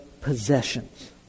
possessions